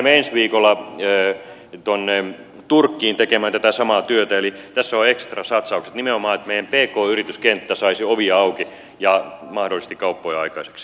me lähdemme ensi viikolla turkkiin tekemään tätä samaa työtä eli tässä ovat ekstrasatsaukset nimenomaan että meidän pk yrityskenttämme saisi ovia auki ja mahdollisesti kauppoja aikaiseksi